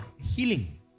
healing